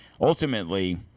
Ultimately